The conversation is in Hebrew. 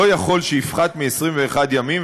לא יכול שיפחת מ-21 ימים,